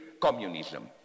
communism